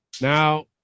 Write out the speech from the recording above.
now